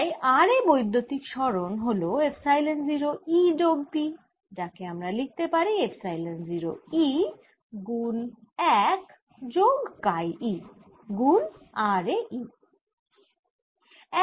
তাই r এ বৈদ্যুতিক সরণ হল এপসাইলন 0 E যোগ P যাকে আমরা লিখতে পারি এপসাইলন 0 গুন 1 যোগ কাই e গুন r এ E